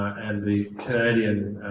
and the canadian